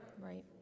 right